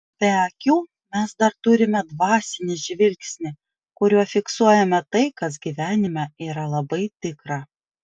be akių mes dar turime dvasinį žvilgsnį kuriuo fiksuojame tai kas gyvenime yra labai tikra